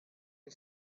the